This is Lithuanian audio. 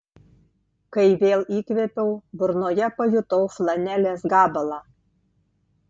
kai vėl įkvėpiau burnoje pajutau flanelės gabalą